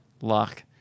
luck